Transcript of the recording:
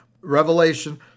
Revelation